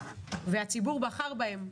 והציבור בחר בהם,